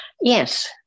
Yes